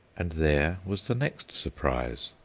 and there was the next surprise.